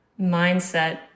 mindset